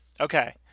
Okay